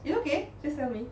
it's okay just tell me